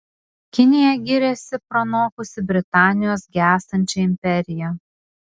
kinija giriasi pranokusi britanijos gęstančią imperiją